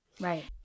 Right